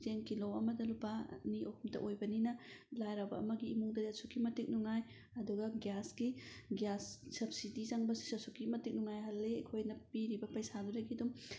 ꯆꯦꯡ ꯀꯤꯂꯣ ꯑꯃꯗ ꯂꯨꯄꯥ ꯑꯅꯤ ꯑꯍꯨꯝꯇ ꯑꯣꯏꯕꯅꯤꯅ ꯂꯥꯏꯔꯕ ꯑꯃꯒꯤ ꯏꯃꯨꯡꯗ ꯑꯁꯨꯛꯀꯤ ꯃꯇꯤꯛ ꯅꯨꯡꯉꯥꯏ ꯑꯗꯨꯒ ꯒ꯭ꯌꯥꯁꯀꯤ ꯒ꯭ꯌꯥꯁ ꯁꯕꯁꯤꯗꯤ ꯆꯪꯕꯁꯤꯁꯨ ꯑꯁꯨꯛꯀꯤ ꯃꯇꯤꯛ ꯅꯨꯡꯉꯥꯏꯍꯜꯂꯤ ꯑꯩꯈꯣꯏꯅ ꯄꯤꯔꯤꯕ ꯄꯩꯁꯥꯗꯨꯗꯤ ꯑꯗꯨꯝ